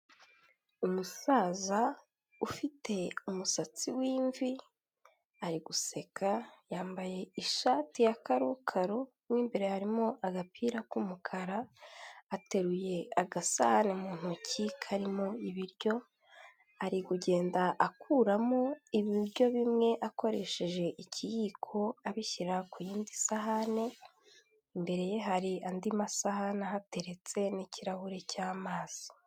Umusaza ufite umusatsi w'imvi, ari guseka, yambaye ishati ya karokaro, mo imbere harimo agapira k'umukara, ateruye agasahane mu ntoki karimo ibiryo, ari kugenda akuramo ibiryo bimwe akoresheje ikiyiko abishyira ku yindi sahane, imbere ye hari andi masahani ahateretse n'ikirahure cy'amazi.